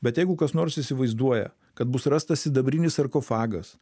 bet jeigu kas nors įsivaizduoja kad bus rastas sidabrinis sarkofagas